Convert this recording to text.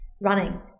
running